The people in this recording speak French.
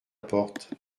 porte